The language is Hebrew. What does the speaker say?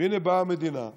והחנה באה המדינה ואומרת: